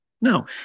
No